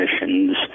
missions